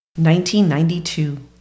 1992